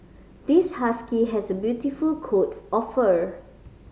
this husky has a beautiful coat of fur